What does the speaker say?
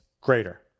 greater